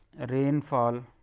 rainfall